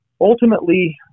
ultimately